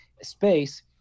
space